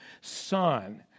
son